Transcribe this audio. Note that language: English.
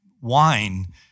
wine